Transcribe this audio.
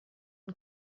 und